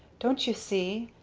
don't you see?